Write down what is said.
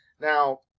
Now